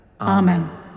Amen